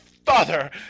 Father